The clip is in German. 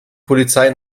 polizei